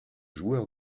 joueur